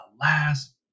last